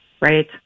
Right